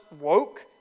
woke